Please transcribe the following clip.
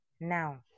Now